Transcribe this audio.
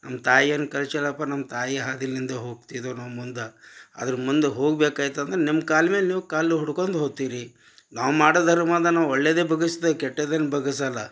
ನಮ್ಮ ತಾಯಿ ಏನು ಕಲ್ಸ್ಯಾಳಪ್ಪ ನಮ್ಮ ತಾಯಿ ಹಾದಿಲಿಂದೇ ಹೋಗ್ತಿದೇವೆ ನಾವು ಮುಂದೆ ಅದ್ರ ಮುಂದೆ ಹೋಗ್ಬೇಕಾಯ್ತಂದ್ರೆ ನಿಮ್ಮ ಕಾಲ್ಮೇಲೆ ನೀವು ಕಾಲು ಹುಡುಕೊಂಡ್ ಹೋಗ್ತೀರಿ ನಾವ್ ಮಾಡೋ ಧರ್ಮ ದಾನ ಒಳ್ಳೆಯದೇ ಬಗಸ್ದೆ ಕೆಟ್ಟದೇನೂ ಬಗಸಲ್ಲ